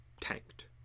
tanked